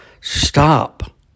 stop